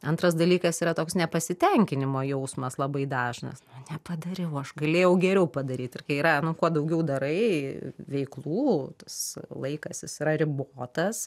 antras dalykas yra toks nepasitenkinimo jausmas labai dažnas nepadariau aš galėjau geriau padaryt ir kai yra nu kuo daugiau darai veiklų tas laikas jis yra ribotas